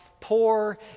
Poor